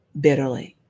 bitterly